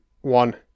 one